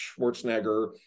Schwarzenegger